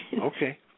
Okay